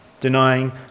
denying